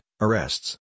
arrests